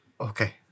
Okay